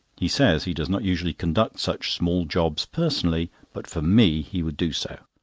he says he does not usually conduct such small jobs personally, but for me he would do so.